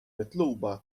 mitluba